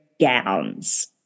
gowns